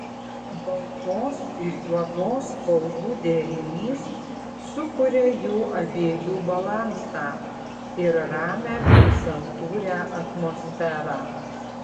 baltos ir juodos spalvų derinys sukuria jų abiejų balansą ir ramią bei santūrią atmosferą